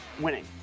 winning